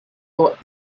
thought